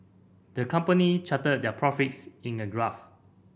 the company charted their profits in a graph